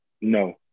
No